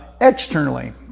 externally